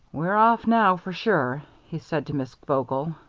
we're off now, for sure, he said to miss vogel.